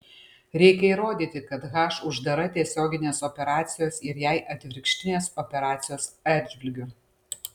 reikia įrodyti kad h uždara tiesioginės operacijos ir jai atvirkštinės operacijos atžvilgiu